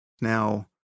now